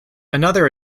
another